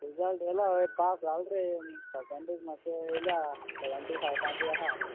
result येलो हय pass जालो रे परसेंटेज मातशी येयल्या सेवेंटी फायवाचेर आसा